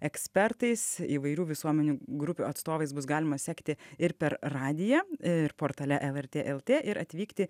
ekspertais įvairių visuomenių grupių atstovais bus galima sekti ir per radiją ir portale lrt lt ir atvykti